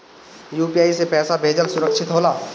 UPI से पैसा भेजल सुरक्षित होला का?